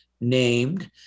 named